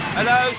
Hello